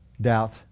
doubt